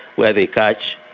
where they catch,